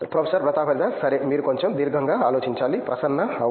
professor Pratap Haridas సరే మీరు కొంచెం దీర్ఘంగా ఆలోచించాలి ప్రసన్న అవును